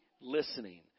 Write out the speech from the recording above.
listening